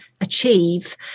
achieve